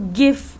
give